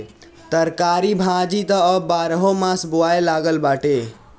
तरकारी भाजी त अब बारहोमास बोआए लागल बाटे